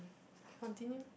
okay continue